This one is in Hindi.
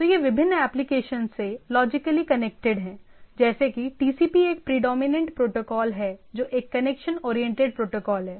तो यह विभिन्न एप्लीकेशंस से लॉजिकली कनेक्टेड है जैसे कि TCP एक प्रीडोमिनेंट प्रोटोकॉल है जो एक कनेक्शन ओरिएंटेड प्रोटोकॉल है